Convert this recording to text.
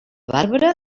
bàrbara